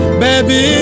baby